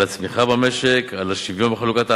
על הצמיחה במשק, על השוויון בחלוקת ההכנסות,